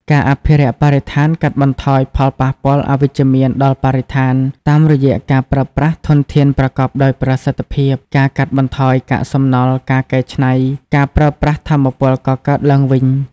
ការអភិរក្សបរិស្ថានកាត់បន្ថយផលប៉ះពាល់អវិជ្ជមានដល់បរិស្ថាន តាមរយៈការប្រើប្រាស់ធនធានប្រកបដោយប្រសិទ្ធភាព ការកាត់បន្ថយកាកសំណល់ ការកែច្នៃ ការប្រើប្រាស់ថាមពលកកើតឡើងវិញ ។